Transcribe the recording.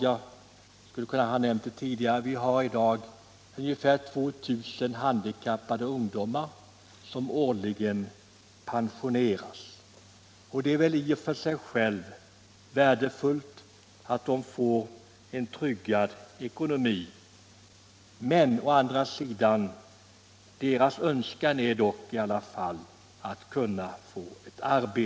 Jag skulle ha kunnat nämna tidigare att det är ca 2 000 handikappade ungdomar som årligen pensioneras. Det är väl i och för sig värdefullt att de får tryggad ekonomi, men deras önskan är ändå att kunna få ett arbete.